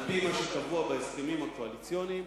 על-פי מה שקבוע בהסכמים הקואליציוניים.